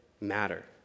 matter